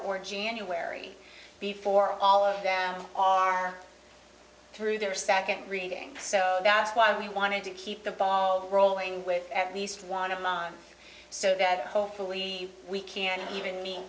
or january before all of them are through their second reading so that's why we wanted to keep the ball rolling with at least one of mine so that hopefully we can even mean